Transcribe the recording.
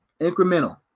incremental